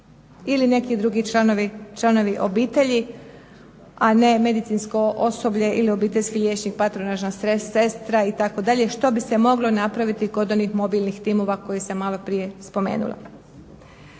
ili neki drugi članovi obitelji, a ne medicinsko osoblje ili obiteljski liječnik, patronažna sestra itd. što bi se moglo napraviti kod onih mobilnih timova koje sam malo prije spomenula.